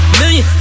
million